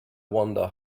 wonder